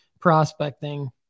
prospecting